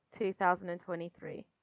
2023